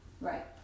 Right